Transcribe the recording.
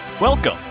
Welcome